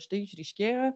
štai išryškėjo